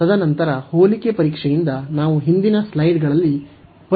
ತದನಂತರ ಹೋಲಿಕೆ ಪರೀಕ್ಷೆಯಿಂದ ನಾವು ಹಿಂದಿನ ಸ್ಲೈಡ್ಗಳಲ್ಲಿ ಪರಿಶೀಲಿಸಿದ್ದೇವೆ